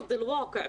ובצורה נכונה.